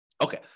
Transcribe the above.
Okay